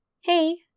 Hey